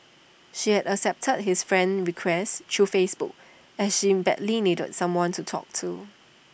she had accepted his friend request through Facebook as she badly needed someone to talk to